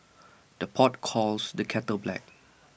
the pot calls the kettle black